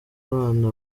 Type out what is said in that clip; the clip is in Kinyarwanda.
abana